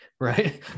right